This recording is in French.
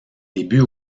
débuts